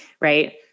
Right